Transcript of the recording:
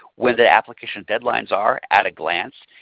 when the application deadlines are at a glance,